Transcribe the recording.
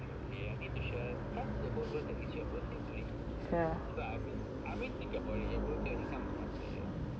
sure